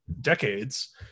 decades